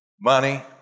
money